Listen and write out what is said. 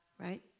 right